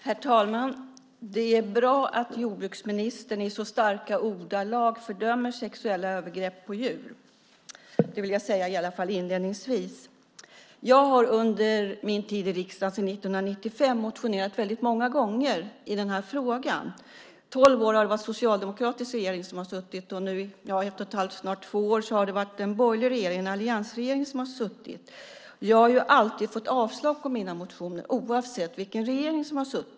Herr talman! Det är bra att jordbruksministern i så starka ordalag fördömer sexuella övergrepp på djur. Det vill jag säga inledningsvis. Jag har under min tid i riksdagen sedan 1995 motionerat många gånger i den här frågan. Tolv år har det varit en socialdemokratisk regering som har suttit, och nu har det varit en alliansregering i snart två år. Jag har alltid fått avslag på mina motioner, oavsett vilken regering som suttit.